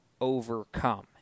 overcome